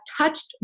touched